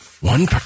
One